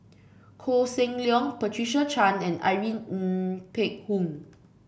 Koh Seng Leong Patricia Chan and Irene Ng Phek Hoong